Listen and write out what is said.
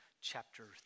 chapter